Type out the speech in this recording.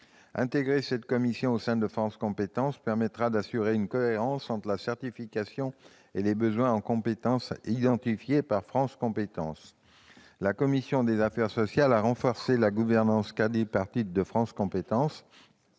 Intégrer cette commission au sein de France compétences permettra d'assurer une cohérence entre la certification et les besoins en compétences que France compétences aura identifiés. La commission des affaires sociales a renforcé la gouvernance quadripartite de France compétences